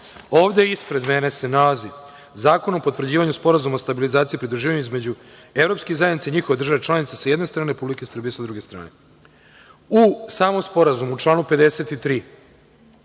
Ovde ispred mene se nalazi Zakon o potvrđivanju Sporazuma o stabilizaciji i pridruživanju između Evropske zajednice i njihovih država članica sa jedne strane i Republike Srbije sa druge strane.U samom Sporazumu u članu 53.